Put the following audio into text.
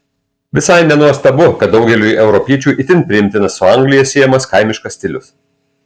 visai nenuostabu kad daugeliui europiečių itin priimtinas su anglija siejamas kaimiškas stilius